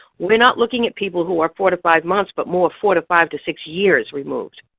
we're not looking at people who are four to five months, but more four to five to six years removed.